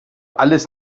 alles